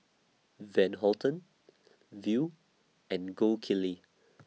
Van Houten Viu and Gold Kili